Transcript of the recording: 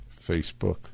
Facebook